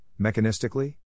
mechanistically